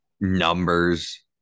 numbers